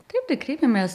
kaip tai kreipėmės